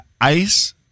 ice